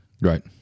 Right